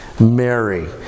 Mary